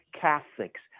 Catholics